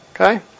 Okay